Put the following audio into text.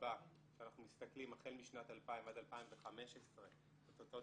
כשאנחנו מסתכלים החל משנת 2000 עד 2015 על התוצאות